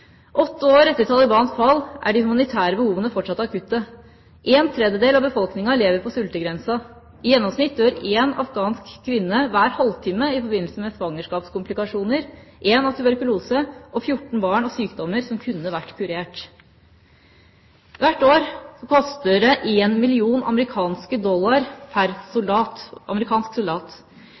Åtte år etter Talibans fall er de humanitære behovene fortsatt akutte. En tredjedel av befolkninga lever på sultegrensa. I gjennomsnitt dør én afghansk kvinne hver halvtime i forbindelse med svangerskapskomplikasjoner, én dør av tuberkulose, og fjorten barn dør av sykdommer som kunne vært kurert. Hvert år koster det 1 mill. USD pr. amerikansk soldat,